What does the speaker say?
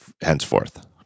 henceforth